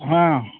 ꯑꯍꯥ